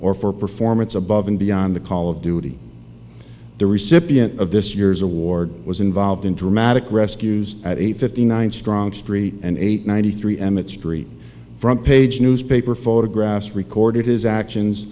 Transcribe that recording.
or for performance above and beyond the call of duty the recipient of this year's award was involved in dramatic rescues at eight fifty nine strong street and eight ninety three emmett street front page newspaper photographs recorded his actions